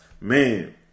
Man